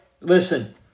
listen